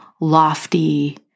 lofty